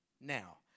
now